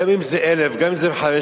גם אם זה 1,000, גם אם זה 500,